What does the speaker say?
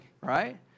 right